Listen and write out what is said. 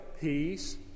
peace